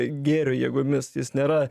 gėrio jėgomis jis nėra